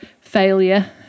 failure